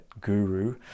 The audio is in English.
guru